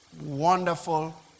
wonderful